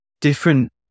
different